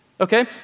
okay